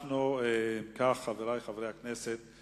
אם כך, חברי חברי הכנסת,